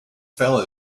fell